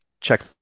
check